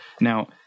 Now